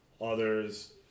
Others